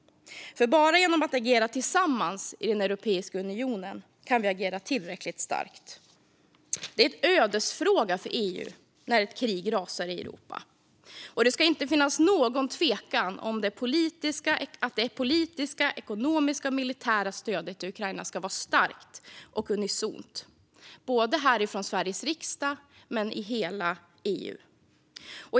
Bara genom att agera tillsammans i Europeiska unionen kan vi agera tillräckligt starkt. Det är en ödesfråga för EU när ett krig rasar i Europa. Det ska inte finnas någon tvekan om att det politiska, ekonomiska och militära stödet till Ukraina är starkt och unisont - i Sveriges riksdag och i hela EU.